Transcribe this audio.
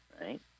right